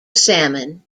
salmon